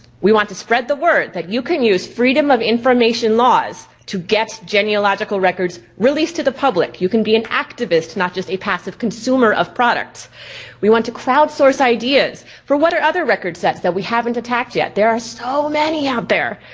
we want to spread the word that you can use freedom of information laws to get genealogical records released to the public, you can be an activist not just a passive consumer of products we want to crowdsource ideas for whatever other record sets that we haven't attacked yet, there are so many out there.